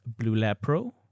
BlueLabPro